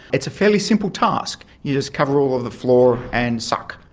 it's a fairly simple task you just cover all of the floor and suck.